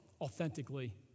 authentically